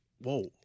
Whoa